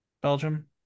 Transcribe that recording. Belgium